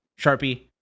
Sharpie